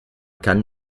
kann